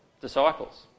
disciples